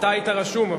אתה היית רשום,